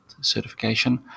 certification